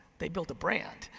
they built a brand.